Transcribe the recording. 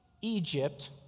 Egypt